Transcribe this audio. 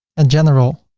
and general.